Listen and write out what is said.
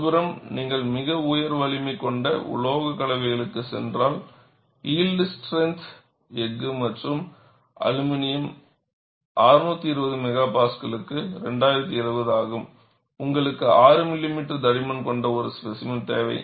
மறுபுறம் நீங்கள் மிக உயர் வலிமை கொண்ட உலோகக் கலவைகளுக்குச் சென்றால் யில்ட் ஸ்ட்ரெந்த் எஃகு மற்றும் அலுமினியம் 620 MPa க்கு 2070 ஆகும் உங்களுக்கு 6 மில்லிமீட்டர் தடிமன் கொண்ட ஒரு ஸ்பேசிமென் தேவை